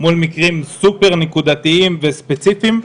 מול מקרים מאוד נקודתיים וספציפיים,